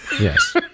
yes